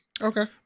Okay